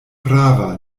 prava